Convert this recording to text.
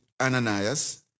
Ananias